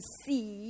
see